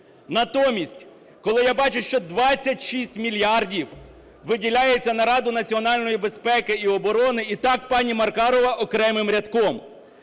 Натомість, коли я бачу, що 26 мільярдів виділяється на Раду національної безпеки і оборони, – і так, пані Маркарова, окремим рядком,